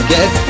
Get